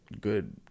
good